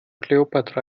kleopatra